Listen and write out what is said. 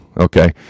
okay